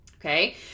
Okay